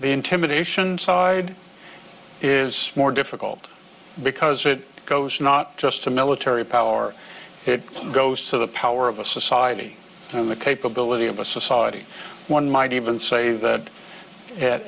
be intimidation side is more difficult because it goes not just to military power it goes to the power of a society and the capability of a society one might even say that at